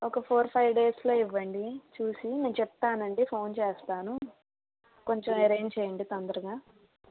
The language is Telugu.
ఒక ఫోర్ ఫైవ్ డేస్లో ఇవ్వండీ చూసి నేను చెప్తానండీ ఫోన్ చేస్తాను కొంచెం యరేంజ్ చేయండి తొందరగా